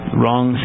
wrong